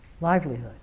livelihood